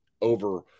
over